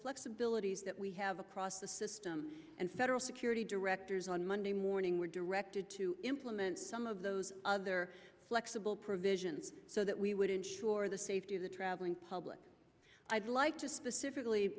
flexibilities that we have across the system and federal security directors on monday morning were directed to implement some of those other flexible provisions so that we would ensure the safety of the traveling public i'd like to specifically